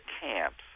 camps